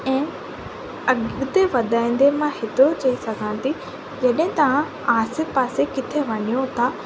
ऐं अॻिते वधंदे मां हेतिरो चई सघां थी जॾहिं तव्हां आसे पासे किथे वञो था